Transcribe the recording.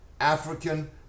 African